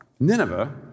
Nineveh